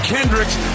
Kendricks